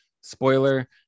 spoiler